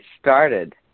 started